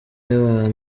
y’abantu